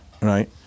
right